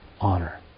honor